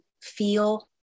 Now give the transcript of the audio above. feel